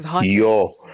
Yo